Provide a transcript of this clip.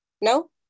No